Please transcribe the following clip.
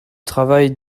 travail